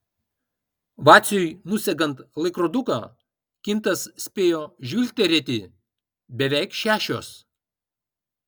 vaciui nusegant laikroduką kintas spėjo žvilgterėti beveik šešios